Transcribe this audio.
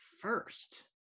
first